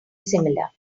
similar